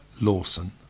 Lawson